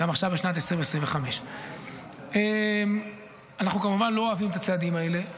גם עכשיו בשנת 2025. אנחנו כמובן לא אוהבים את הצעדים האלה,